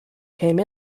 came